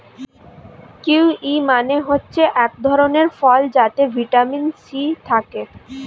kiwi মানে হচ্ছে এক ধরণের ফল যাতে ভিটামিন সি থাকে